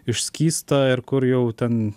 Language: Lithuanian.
išskysta ir kur jau ten